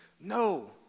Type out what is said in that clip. no